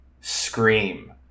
scream